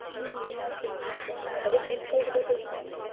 ம் okay ma'am okay ma'am அதை பற்றி ப்ரின்ஸ்பல் கிட்டே பேசலாம் மேம்